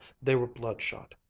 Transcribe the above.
they were bloodshot,